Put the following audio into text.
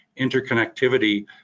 interconnectivity